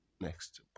next